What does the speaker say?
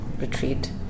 retreat